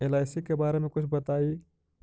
LIC के बारे मे कुछ बताई?